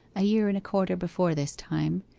a year and a quarter before this time,